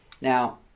Now